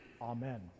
Amen